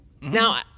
Now